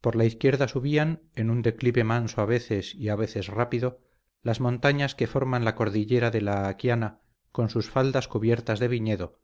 por la izquierda subían en un declive manso a veces y a veces rápido las montañas que forman la cordillera de la aquiana con sus faldas cubiertas de viñedo